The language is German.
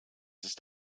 ist